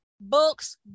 Books